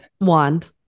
Wand